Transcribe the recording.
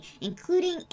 including